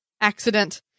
accident